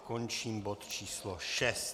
Končím bod číslo 6.